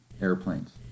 airplanes